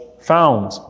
found